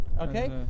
okay